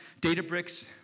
Databricks